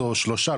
או שלושה,